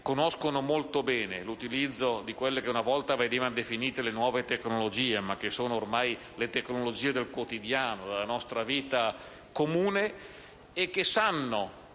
conoscono molto bene l'utilizzo di quelle che una volta venivano definite le nuove tecnologie, ma che sono ormai le tecnologie del quotidiano, della nostra vita comune. Tali